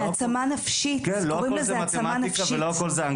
זה העצמה נפשית, קוראים לזה העצמה נפשית.